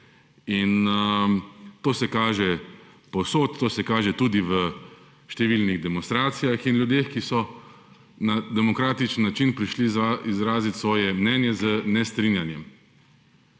ni. To se kaže povsod, to se kaže tudi v številnih demonstracijah in ljudeh, ki so na demokratičen način prišli izrazit svoje mnenje, nestrinjanje.